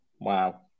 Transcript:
Wow